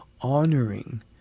honoring